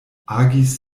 agis